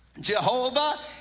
Jehovah